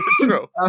True